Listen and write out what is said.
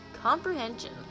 comprehension